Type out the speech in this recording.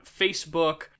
Facebook